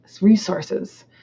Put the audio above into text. resources